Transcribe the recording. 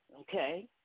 okay